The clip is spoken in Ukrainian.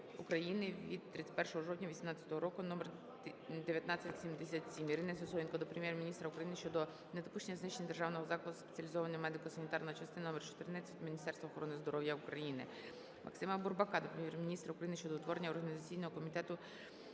України від 31 жовтня 18-го року № 1977. Ірини Сисоєнко до Прем'єр-міністра України щодо недопущення знищення державного закладу "Спеціалізована медико-санітарна частина №14 Міністерства охорони здоров'я України". Максима Бурбака до Прем'єр-міністра України щодо утворення організаційного комітету